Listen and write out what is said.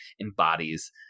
embodies